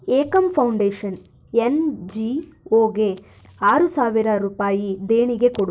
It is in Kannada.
ಏಕಂ ಫೌಂಡೇಷನ್ ಎನ್ ಜಿ ಒಗೆ ಆರು ಸಾವಿರ ರೂಪಾಯಿ ದೇಣಿಗೆ ಕೊಡು